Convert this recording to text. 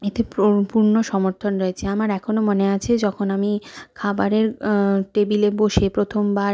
এতে পূর্ণ সমর্থন রয়েছে আমার এখনো মনে আছে যখন আমি খাবারের টেবিলে বসে প্রথমবার